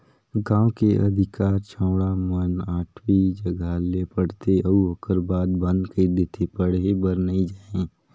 गांव के अधिकार छौड़ा मन आठवी जघा ले पढ़थे अउ ओखर बाद बंद कइर देथे पढ़े बर नइ जायें